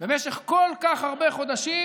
במשך כל כך הרבה חודשים,